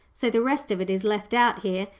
so the rest of it is left out here,